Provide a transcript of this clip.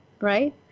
right